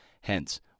hence